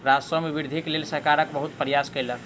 राजस्व मे वृद्धिक लेल सरकार बहुत प्रयास केलक